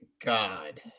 God